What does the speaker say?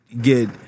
get